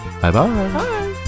bye-bye